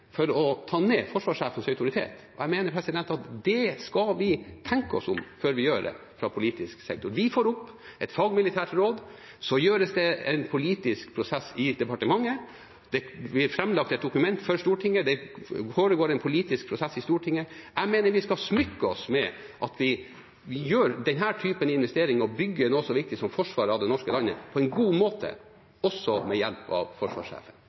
for å ta ned forsvarssjefens autoritet. Jeg mener at vi skal tenke oss om før vi gjør det fra politisk sektor. Vi får et fagmilitært råd, så er det en politisk prosess i departementet, det blir framlagt et dokument for Stortinget, det foregår en politisk prosess i Stortinget. Jeg mener vi skal smykke oss med at vi gjør denne typen investering: å bygge noe så viktig som forsvar av norsk land på en god måte, også med hjelp av forsvarssjefen.